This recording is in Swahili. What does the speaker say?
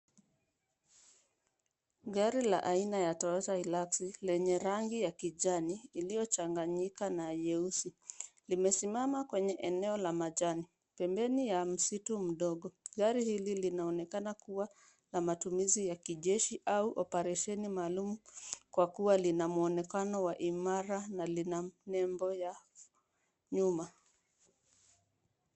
Gari la aina ya Toyota Hilux lenye rangi ya kijani iliyochanganyika na nyeusi, limesimama kwenye eneo la majani pembeni ya msitu mdogo. Gari hili linaonekana kuwa na matumizi ya kijeshi au operesheni maalum kwa kuwa lina mwonekano wa imara na lina nembo ya nyuma.